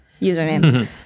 username